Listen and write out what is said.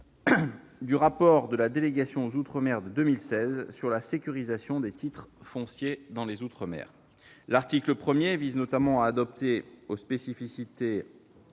du rapport de la délégation sénatoriale aux outre-mer de 2016 sur la sécurisation des titres fonciers dans les outre-mer. L'article 1 vise notamment à adapter aux spécificités